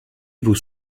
vos